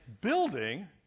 building